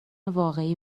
واقعی